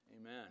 Amen